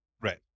right